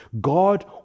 God